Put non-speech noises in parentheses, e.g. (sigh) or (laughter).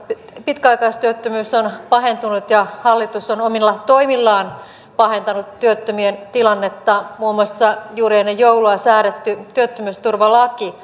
pitkäaikaistyöttömyys on pahentunut ja hallitus on omilla toimillaan pahentanut työttömien tilannetta muun muassa juuri ennen joulua säädetty työttömyysturvalaki (unintelligible)